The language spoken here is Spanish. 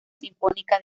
sinfónica